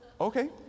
Okay